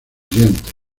dientes